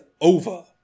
over